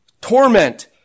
torment